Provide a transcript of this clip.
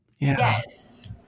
Yes